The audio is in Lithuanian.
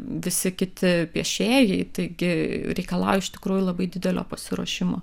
visi kiti piešėjai taigi reikalauja iš tikrųjų labai didelio pasiruošimo